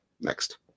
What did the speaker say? Next